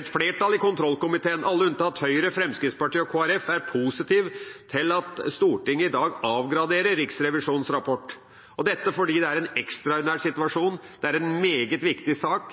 Et flertall i kontrollkomiteen, alle unntatt Høyre, Fremskrittspartiet og Kristelig Folkeparti, er positiv til at Stortinget i dag avgraderer Riksrevisjonens rapport, dette fordi det er en ekstraordinær situasjon, det er en meget viktig sak,